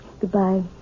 Goodbye